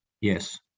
Yes